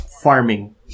farming